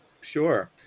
Sure